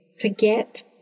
forget